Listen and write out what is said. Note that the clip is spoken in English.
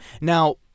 Now